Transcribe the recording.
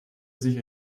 sich